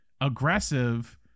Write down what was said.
aggressive